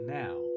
now